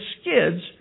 skids